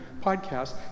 podcast